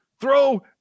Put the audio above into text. throw